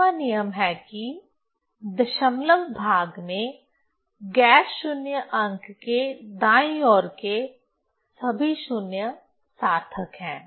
पांचवा नियम है कि दशमलव भाग में गैर शून्य अंक के दाईं ओर के सभी शून्य सार्थक हैं